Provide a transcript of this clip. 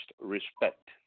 respect